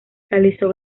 realizó